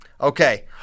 okay